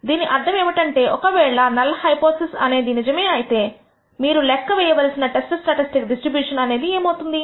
దీని అర్థం ఏమిటంటే ఒక వేళ నల్ హైపోథిసిస్ అనేది నిజమే అయితే మీరు లెక్క వేయవలసిన టెస్ట్ స్టాటిస్టిక్ డిస్ట్రిబ్యూషన్ అనేది ఏమవుతుంది